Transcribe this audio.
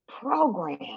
program